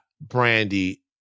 Brandy